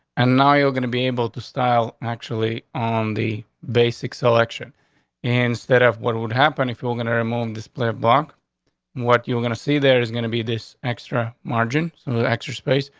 and now you're gonna be able to style actually on the basic selection instead of what would happen if you're gonna remove this player bark what you're gonna see there's gonna be this extra margin of the extra space,